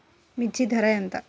మిర్చి ధర ఎంత?